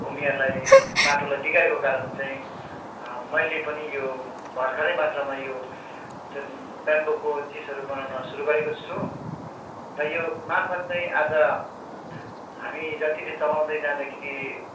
भूमिहरूलाई माटोलाई बिगारेको कारण चाहिँ मैले पनि यो भर्खरै मात्रमा यो जुन ब्याम्बोको चिजहरू बनाउन सुरु गरेको छु र यो मार्फत चाहिँ आज हामी जतिले चलाउँदै जाँदाखेरि